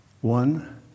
One